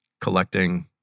collecting